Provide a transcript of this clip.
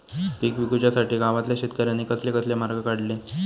पीक विकुच्यासाठी गावातल्या शेतकऱ्यांनी कसले कसले मार्ग काढले?